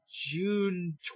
June